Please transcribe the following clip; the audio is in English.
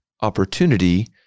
opportunity